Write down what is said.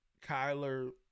Kyler